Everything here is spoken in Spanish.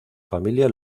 familia